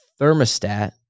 thermostat